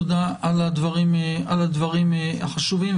תודה על הדברים החשובים האלה.